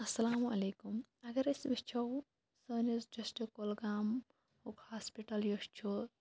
السلام علیکُم اَگر أسۍ وُچھو سانِس ڈِسٹرک کُلگامُک ہاسپِٹَل یُس چھُ